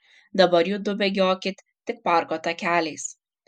dabar judu bėgiokit tik parko takeliais